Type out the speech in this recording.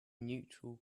neutral